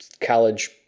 college